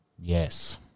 Yes